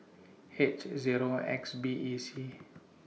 H Zero X B E C